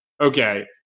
Okay